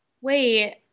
wait